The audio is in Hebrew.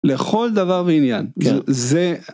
לכל דבר בעניין זה.